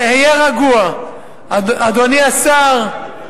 היה רגוע, אדוני השר.